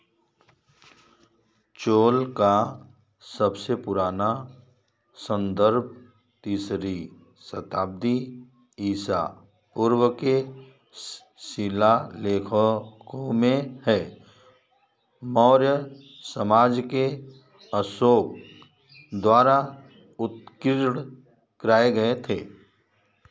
चोल का सबसे पुराना संदर्भ तीसरी शताब्दी ईशा पूर्व के सीला लेखों को में है मौर्य समाज के अशोक द्वारा उत्कीर्ण कराए गए थे